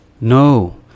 No